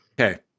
Okay